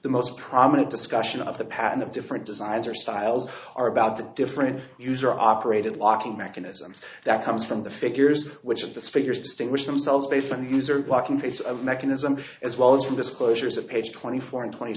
the most prominent discussion of the pattern of different designs or styles are about the different user operated locking mechanisms that comes from the figures which of the figures distinguish themselves based on the user blocking face of mechanism as well as from disclosures of page twenty four and twenty